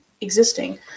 existing